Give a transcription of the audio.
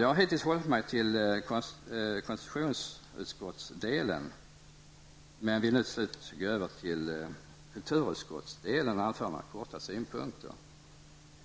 Jag har hittills hållit mig till konstitutionsutskottsdelen men vill nu till slut gå över till kulturutskottsdelen och anföra några korta synpunkter.